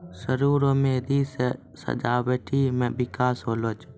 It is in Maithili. सरु रो मेंहदी से सजावटी मे बिकास होलो छै